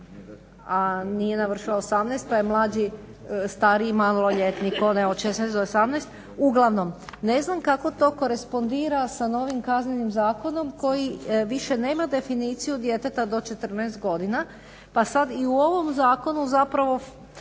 a nije navarila 18. Pa je stariji maloljetnik onaj od 16 do 18." Uglavnom ne znam kako to korespondira sa novim Kaznenim zakonom koji više nema definiciju djeteta do 14 godina, pa sad i u ovom zakonu zapravo